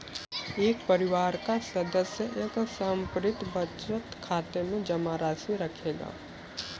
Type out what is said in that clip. एक परिवार का सदस्य एक समर्पित बचत खाते में जमा राशि रखेगा